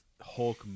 Hulk